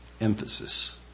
Emphasis